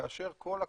כאשר כל הכסף,